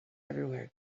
everywhere